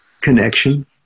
Connection